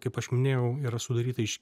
kaip aš minėjau yra sudaryta iš